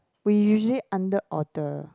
we usually under order